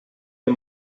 mir